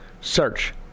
Search